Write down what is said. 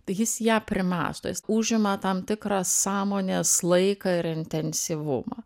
jis ją primąsto jis užima tam tikrą sąmonės laiką ir intensyvumą